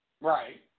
Right